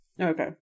Okay